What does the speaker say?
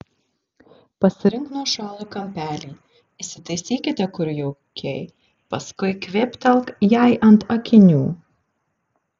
pasirink nuošalų kampelį įsitaisykite kur jaukiai paskui kvėptelk jai ant akinių